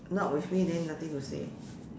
not with me then nothing to say